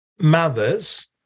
mothers